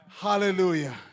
Hallelujah